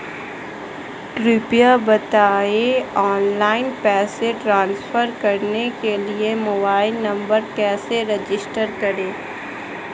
कृपया बताएं ऑनलाइन पैसे ट्रांसफर करने के लिए मोबाइल नंबर कैसे रजिस्टर करें?